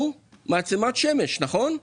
אנחנו מעצמת שמש, נכון?